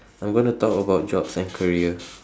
I'm going to talk about jobs and career